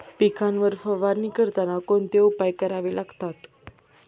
पिकांवर फवारणी करताना कोणते उपाय करावे लागतात?